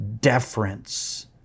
deference